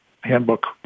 handbook